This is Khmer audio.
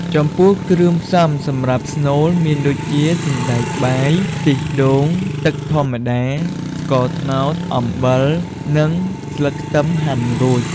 ចំពោះគ្រឿងផ្សំសម្រាប់ស្នូលមានដូចជា សណ្ដែកបាយ ខ្ទិះដូង ទឹកធម្មតា ស្ករត្នោត អំបិល និងស្លឹកខ្ទឹមហាន់រួច។